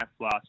last